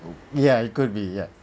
ya it could be ya